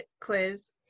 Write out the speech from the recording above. quiz